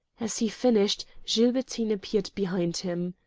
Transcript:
as he finished, gilbertine appeared behind him.